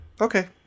okay